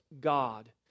God